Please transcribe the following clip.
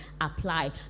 apply